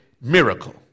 miracle